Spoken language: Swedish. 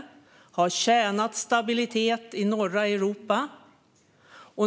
Den har tjänat stabiliteten i norra Europa.